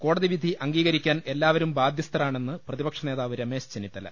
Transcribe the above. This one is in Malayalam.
കോടതി വിധി അംഗീകരിക്കാൻ എല്ലാവരും ബാധ്യസ്ഥരാണെന്ന് പ്രതിപക്ഷനേതാവ് രമേശ് ചെന്നിത്തല